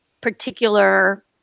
particular